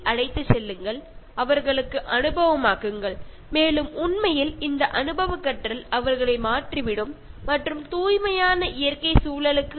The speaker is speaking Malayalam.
അതിനാൽ അവരെ പുറത്തേക്ക് കൊണ്ടുപോവുകയും സ്വന്തം അനുഭവങ്ങളിലൂടെ പ്രകൃതിയെ മനസ്സിലാക്കാൻ ശീലിപ്പിക്കുകയും ചെയ്യുക